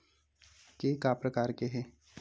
के का का प्रकार हे?